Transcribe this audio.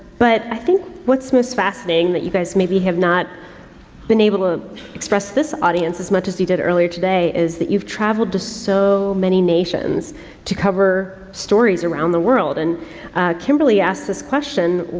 but i think what's most fascinating that you guys maybe have not been able to express to this audience as much as you did earlier today is that you've traveled to so many nations to cover stories around the world and kimberly asks this question.